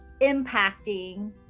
impacting